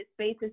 spaces